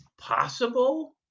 possible